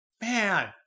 man